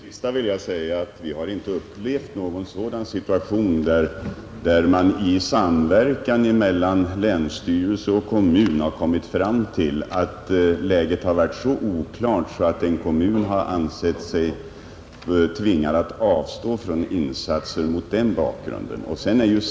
Herr talman! Till det sista vill jag säga att vi inte upplevt någon sådan situation där länsstyrelse och kommun i samverkan kommit fram till att läget är så oklart att kommunen har ansett sig tvingad att avstå från insatser mot den bakgrunden.